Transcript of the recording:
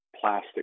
plastic